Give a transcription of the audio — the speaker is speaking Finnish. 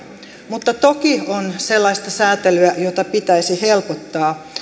mutta toki on sellaista säätelyä jota pitäisi helpottaa